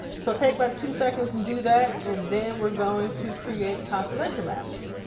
so take like two seconds and do that, and then we're going to create constellation maps.